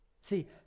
See